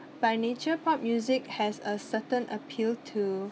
by nature pop music has a certain appeal to